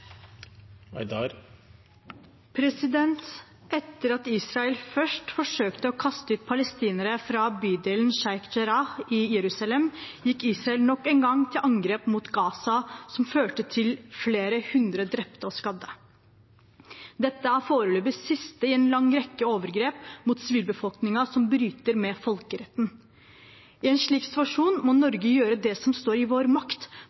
Etter at Israel først forsøkte å kaste ut palestinere fra bydelen Sheikh Jarrah i Jerusalem, gikk Israel nok en gang til angrep mot Gaza, som førte til flere hundre drepte og skadde. Dette er det foreløpig siste i en lang rekke overgrep mot sivilbefolkningen som bryter med folkeretten. I en slik situasjon må Norge gjøre det som står i vår makt